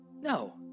No